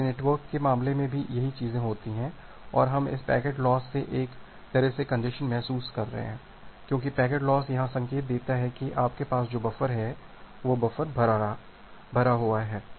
इसलिए नेटवर्क के मामले में भी यही चीजें होती हैं और हम इस पैकेट लॉस से एक तरह से कन्जेशन महसूस कर रहे हैं क्योंकि पैकेट लॉस यह संकेत देता है कि आपके पास जो बफर है वह बफर भर रहा है